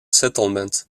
settlement